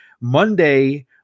Monday